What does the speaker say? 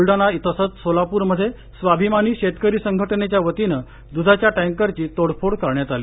बुलडाणा तसंच सोलापूर मध्ये स्वाभिमानी शेतकरी संघटनेच्या वतीनं दुधाच्या टँकरची तोडफोड करण्यात आली